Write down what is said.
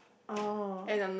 oh